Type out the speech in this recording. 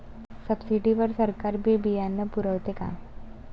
Subsidy वर सरकार बी बियानं पुरवते का?